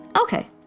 Okay